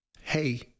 hey